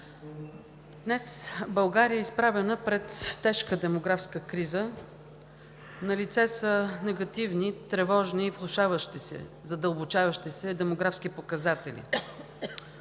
Днес България е изправена пред тежка демографска криза. Налице са негативни, тревожни, влошаващи се и задълбочаващи се демографски показатели.